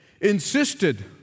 insisted